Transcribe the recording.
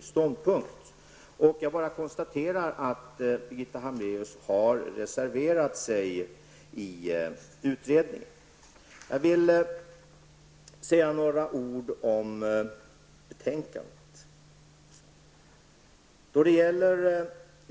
ståndpunkt. Jag kan bara konstatera att Birgitta Hambraeus har reserverat sig i utredningen. Jag vill säga några ord om betänkandet.